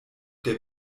der